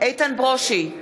איתן ברושי,